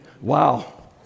wow